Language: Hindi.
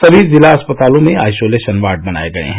सभी जिला अस्पतालों में आइसोलेशन वार्ड बनाए गए हैं